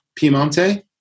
Piemonte